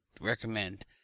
recommend